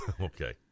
Okay